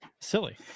Silly